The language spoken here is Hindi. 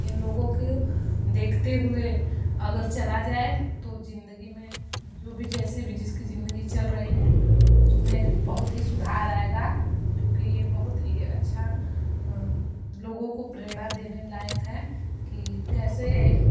इन लोगो की देखते हुए अगर चला जाए तो ज़िन्दगी में जो भी जैसे भी जिसकी ज़िन्दगी चल रही है उसमें बहुत ही सुधार आएगा क्योंकि यह बहुत यह अच्छा लोगों को प्रेरणा देने लायक है कि कैसे